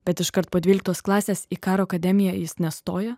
bet iškart po dvyliktos klasės į karo akademiją jis nestojo